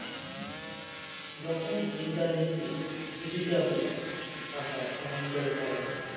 যখন ইন্টারনেটে ডিজিটালি টাকা স্থানান্তর করা হয়